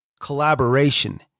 collaboration